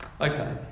Okay